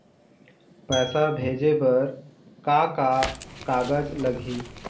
पैसा भेजे बर का का कागज लगही?